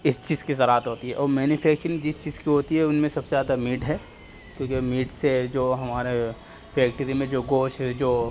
اس چیز کی زراعت ہوتی ہے اور مینیفیکچرنگ جس چیز کی ہوتی ہے ان میں سب سے زیادہ میٹ ہے کیونکہ میٹ سے جو ہمارے فیکٹری میں جو گوشت جو